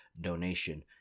donation